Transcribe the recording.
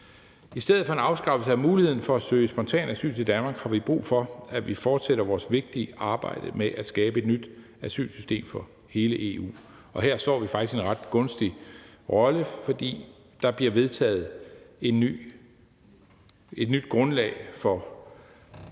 I stedet for en afskaffelse af muligheden for at søge spontant asyl til Danmark har vi brug for, at vi fortsætter vores vigtige arbejde med at skabe et nyt asylsystem for hele EU. Her står vi faktisk i en ret gunstig rolle, for der bliver vedtaget et nyt grundlag for